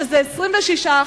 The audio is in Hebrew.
שזה 26%,